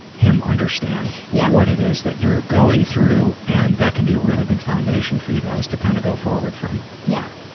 him understand yeah. what it is that you're going through, and that can be a really good foundation for you guys to kind of go forward from. yeah.